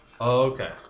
Okay